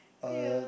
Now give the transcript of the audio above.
uh